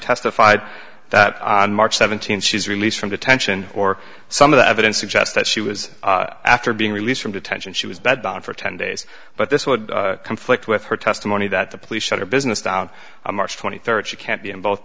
testified that on march seventeenth she's released from detention or some of the evidence suggests that she was after being released from detention she was bed bound for ten days but this would conflict with her testimony that the police shot her business down on march twenty third she can't be in both